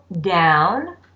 down